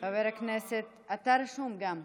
חבר הכנסת, אתה רשום גם.